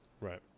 Right